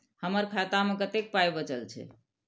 हमर खाता मे कतैक पाय बचल छै